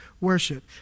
worship